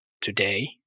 today